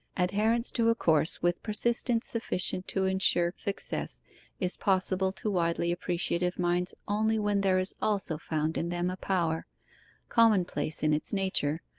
adherence to a course with persistence sufficient to ensure success is possible to widely appreciative minds only when there is also found in them a power commonplace in its nature,